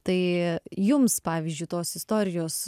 tai jums pavyzdžiui tos istorijos